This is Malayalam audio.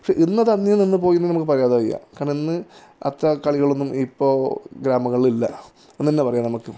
പക്ഷെ ഇന്ന് അത് അന്യം നിന്നു പോയി എന്നു നമുക്കു പറയാതെ വയ്യ കാരണം ഇന്ന് അത്ര കളികളൊന്നും ഇപ്പോള് ഗ്രാമങ്ങളിൽ ഇല്ല എന്നു തന്നെ പറയാം നമുക്ക്